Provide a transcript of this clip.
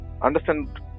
understand